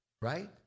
right